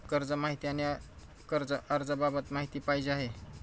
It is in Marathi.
कर्ज माहिती आणि कर्ज अर्ज बाबत माहिती पाहिजे आहे